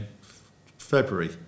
February